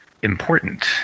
important